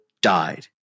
died